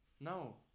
No